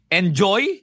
enjoy